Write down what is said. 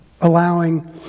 allowing